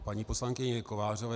K paní poslankyni Kovářové.